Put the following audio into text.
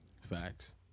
Facts